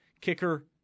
kicker